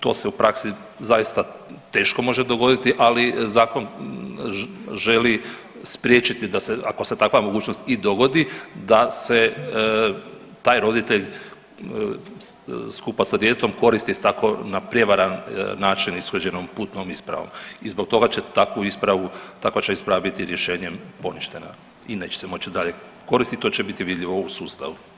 To se u praksi zaista teško može dogoditi, ali Zakon želi spriječiti, ako se takva mogućnost i dogodi, da se taj roditelj skupa sa djetetom koristi s tako na prijevaran način ishođenom putnom ispravom i zbog toga će takvu ispravu, takva će isprava biti rješenjem poništena i neće se moći dalje koristiti, to će biti vidljivo u sustavu.